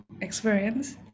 experience